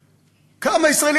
כנראה,